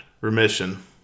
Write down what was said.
Remission